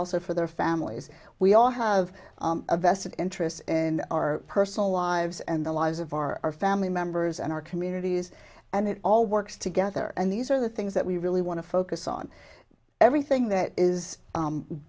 also for their families we all have a vested interest in our personal lives and the lives of our family members and our communities and it all works together and these are the things that we really want to focus on everything that is